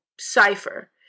cipher